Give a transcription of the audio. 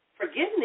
forgiveness